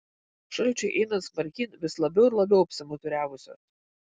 šalčiui einant smarkyn vis labiau ir labiau apsimuturiavusios